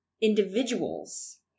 individuals